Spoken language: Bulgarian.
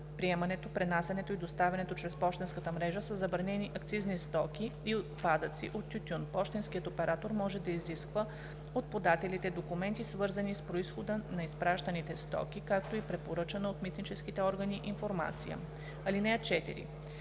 приемането, пренасянето и доставянето чрез пощенската мрежа на забранени акцизни стоки и отпадъци от тютюн, пощенският оператор може да изисква от подателите документи, свързани с произхода на изпращаните стоки, както и препоръчана от митническите органи информация. (4)